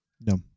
No